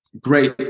great